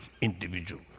individual